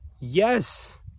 Yes